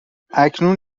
اکنون